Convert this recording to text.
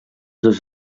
dos